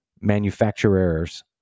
manufacturers